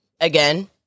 again